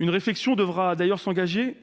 Une réflexion devra d'ailleurs être engagée